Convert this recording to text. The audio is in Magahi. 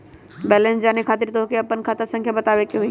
बैलेंस जाने खातिर तोह के आपन खाता संख्या बतावे के होइ?